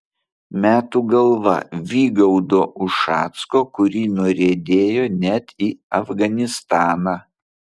metų galva vygaudo ušacko kuri nuriedėjo net į afganistaną